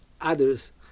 others